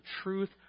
truth